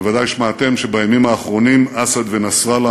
בוודאי שמעתם שבימים האחרונים אסד ונסראללה